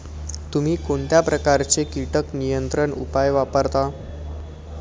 तुम्ही कोणत्या प्रकारचे कीटक नियंत्रण उपाय वापरता?